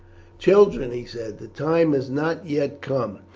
children, he said, the time has not yet come,